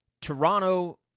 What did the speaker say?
Toronto